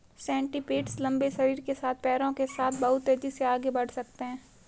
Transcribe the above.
centipedes लंबे शरीर के साथ पैरों के साथ बहुत तेज़ी से आगे बढ़ सकते हैं